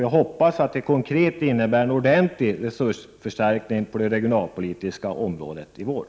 Jag hoppas att detta konkret innebär en ordentlig resursförstärkning på det regionalpolitiska området under våren.